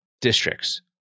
Districts